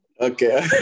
Okay